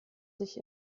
sich